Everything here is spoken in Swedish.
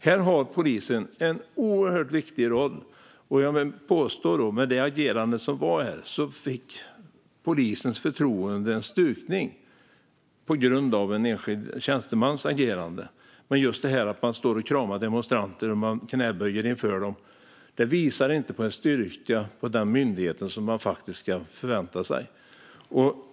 Här har polisen en oerhört viktig roll, och jag vill påstå att förtroendet för polisen fick sig en stukning på grund av en enskild tjänstemans agerande. Just detta att någon står och kramar demonstranter och knäböjer inför dem visar inte på den styrka hos myndigheten man faktiskt kan förvänta sig.